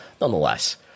Nonetheless